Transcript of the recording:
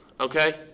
okay